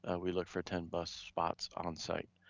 and we look for ten bus spots on on site.